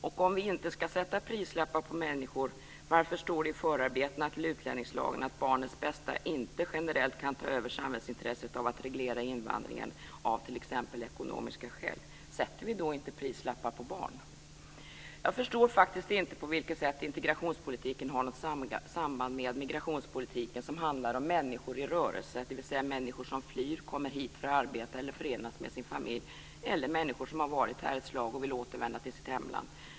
Och om vi inte ska sätta prislappar på människor, varför står det då i förarbetena till utlänningslagen att barnets bästa inte generellt kan ta över samhällsintresset av att reglera invandringen av t.ex. ekonomiska skäl? Sätter vi inte då prislappar på barn? Jag förstår faktiskt inte på vilket sätt integrationspolitiken har något samband med migrationspolitiken, som handlar om människor i rörelse - dvs. människor som flyr, kommer hit för att arbeta eller förenas med sin familj eller människor som varit här ett slag och vill återvända till sitt hemland.